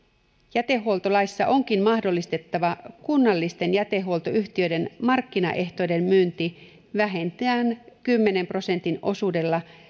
jätehuoltolaissa onkin mahdollistettava kunnallisten jätehuoltoyhtiöiden markkinaehtoinen myynti vähintään kymmenen prosentin osuudella